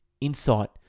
Insight